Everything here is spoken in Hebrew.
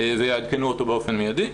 ויעדכנו אותו באופן מיידי.